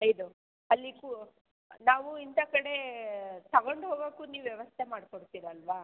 ಇದು ಅಲ್ಲಿ ಕು ನಾವು ಇಂಥ ಕಡೆ ತೊಗೊಂಡು ಹೋಗೋಕ್ಕು ನೀವು ವ್ಯವಸ್ಥೆ ಮಾಡಿ ಕೊಡ್ತೀರಲ್ವ